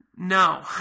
No